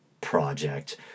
project